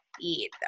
eat